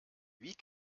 wie